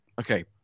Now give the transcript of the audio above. Okay